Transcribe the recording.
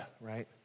right